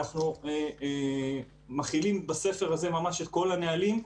אנחנו מכילים בספר הזה את כל הנהלים.